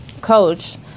coach